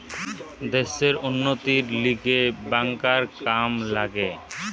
দ্যাশের উন্নতির লিগে ব্যাংকার কাম লাগে